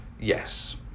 yes